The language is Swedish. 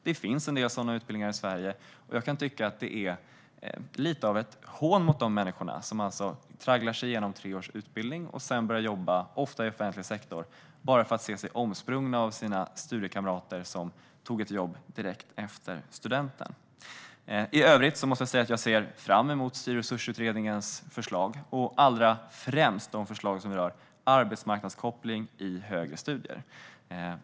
Det finns en del sådana utbildningar i Sverige, och jag kan tycka att det är lite av ett hån mot de människor som alltså tragglar sig igenom tre års utbildning och sedan börjar jobba, ofta i offentlig sektor, och ser sig omsprungna av sina tidigare studiekamrater som tog ett jobb direkt efter studenten. I övrigt måste jag säga att jag ser fram emot styr och resursutredningens förslag och allra främst de förslag som rör arbetsmarknadskoppling i högre studier.